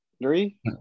Three